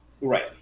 Right